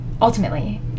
Ultimately